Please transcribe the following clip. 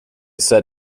said